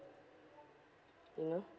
you know